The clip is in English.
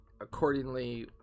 accordingly